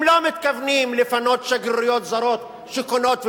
הם לא מתכוונים לפנות שגרירויות זרות שקונות,